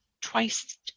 twice